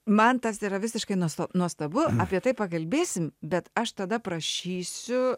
man tas yra visiškai nuosta nuostabu apie tai pakalbėsim bet aš tada prašysiu